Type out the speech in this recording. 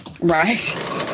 Right